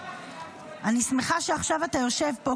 אני שמחה שעכשיו אתה יושב פה,